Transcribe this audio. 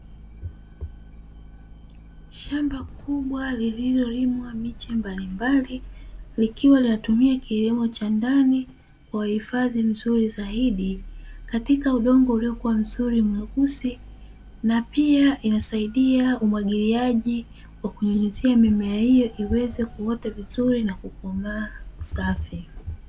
Shamba kubwa lililolimwa miche mbalimbali likiwa linatumia kilimo cha ndani kwa huifadhi mzuri zaidi, katika udongo uliyokuwa mzuri mweusi na pia inasaidia umwagiliaji wa kunyunyuzia mimea hiyo iweze kuota vizuri na kukomaa safi.